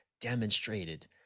demonstrated